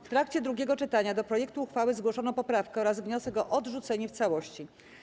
W trakcie drugiego czytania do projektu uchwały zgłoszono poprawkę oraz wniosek o odrzucenie w całości.